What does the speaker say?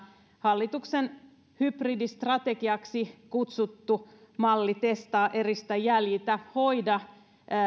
hallituksen hybridistrategiaksi kutsuttu testaa eristä jäljiltä ja hoida